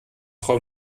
frau